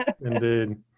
Indeed